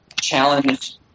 challenge